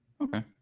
Okay